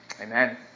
Amen